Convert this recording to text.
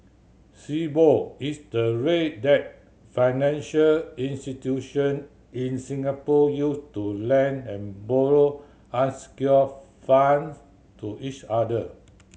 Sibor is the rate that financial institution in Singapore use to lend and borrow unsecured funds to each other